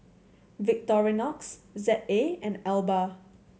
Victorinox Z A and Alba